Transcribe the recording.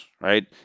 right